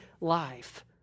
life